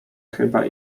chyba